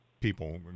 people